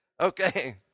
okay